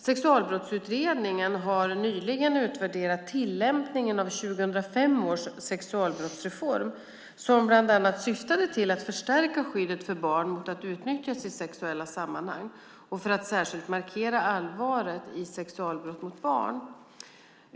Sexualbrottsutredningen har nyligen utvärderat tillämpningen av 2005 års sexualbrottsreform som bland annat syftade till att förstärka skyddet för barn mot att utnyttjas i sexuella sammanhang och för att särskilt markera allvaret i sexualbrott mot barn.